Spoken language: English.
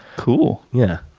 cool. yeah,